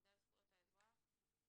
האגודה לזכויות האזרח,